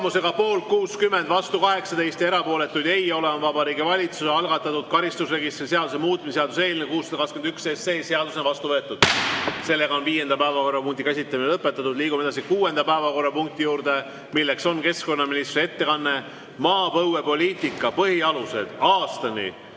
Tulemusega poolt 60, vastu 18, erapooletuid ei ole, on Vabariigi Valitsuse algatatud karistusregistri seaduse muutmise seaduse eelnõu 621 seadusena vastu võetud. Viienda päevakorrapunkti käsitlemine on lõpetatud. Liigume edasi kuuenda päevakorrapunkti juurde, milleks on keskkonnaministri ettekanne "Maapõuepoliitika põhialused aastani